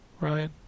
Ryan